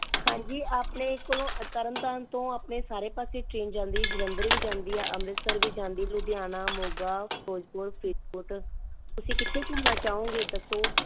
ਹਾਂਜੀ ਆਪਣੇ ਕੋਲੋਂ ਤਰਨਤਾਰਨ ਤੋਂ ਆਪਣੇ ਸਾਰੇ ਪਾਸੇ ਟਰੇਨ ਜਾਂਦੀ ਜਲੰਧਰ ਵੀ ਜਾਂਦੀ ਹੈ ਅੰਮ੍ਰਿਤਸਰ ਵੀ ਜਾਂਦੀ ਲੁਧਿਆਣਾ ਮੋਗਾ ਫਿਰੋਜ਼ਪੁਰ ਫਰੀਦਕੋਟ ਤੁਸੀਂ ਕਿੱਥੇ ਘੁੰਮਣਾ ਚਾਹੋਗੇ ਦੱਸੋ